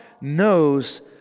knows